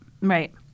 Right